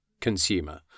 consumer